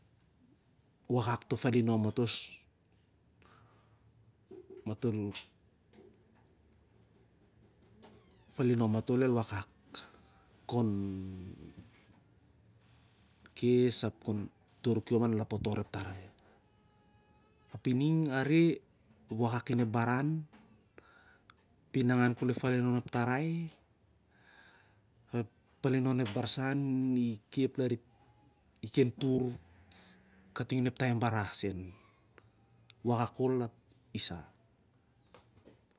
Wakak to falinom matol sur matol ep falino matol el wakak ap khon kes ap khon tur kiom la potor inep tarai. Api ning a reh, ap wakak inep baran api nangan khol ep tarai ap ep falinon ep barsan iken khep lari tur, kating onep taem barah sen. Wakak khol ap isah.